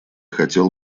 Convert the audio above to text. хотел